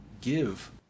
give